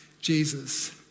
Jesus